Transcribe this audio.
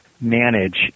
manage